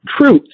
Truth